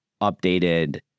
updated